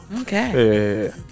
okay